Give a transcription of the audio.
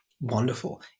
Wonderful